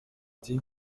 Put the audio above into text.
ati